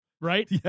Right